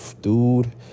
Dude